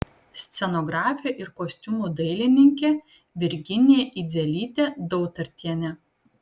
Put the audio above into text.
scenografė ir kostiumų dailininkė virginija idzelytė dautartienė